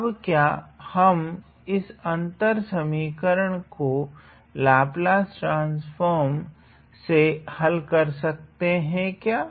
अब क्या हम इस अंतर समीकरण को लाप्लास ट्रान्स्फ़ोर्म से हल कर सकते है क्या